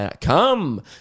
Come